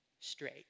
straight